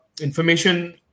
information